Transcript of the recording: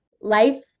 Life